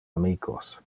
amicos